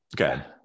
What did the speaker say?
okay